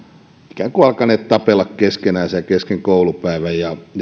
alkaneet tapella keskenänsä kesken koulupäivän